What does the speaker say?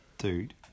Dude